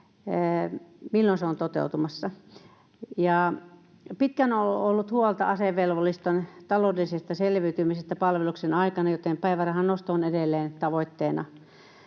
Milloin se on toteutumassa? Ja pitkään on ollut huolta asevelvollisten taloudellisesta selviytymisestä palveluksen aikana, joten päivärahan nosto on edelleen tavoitteena.